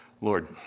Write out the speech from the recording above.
Lord